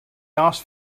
asked